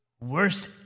Worst